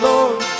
Lord